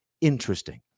interesting